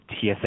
TSA